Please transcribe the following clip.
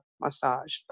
massage